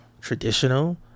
traditional